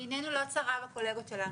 עינינו לא צרה בקולגות שלנו.